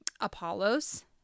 Apollos